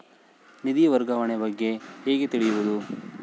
ನಿಧಿ ವರ್ಗಾವಣೆ ಬಗ್ಗೆ ಹೇಗೆ ತಿಳಿಯುವುದು?